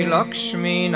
Lakshmi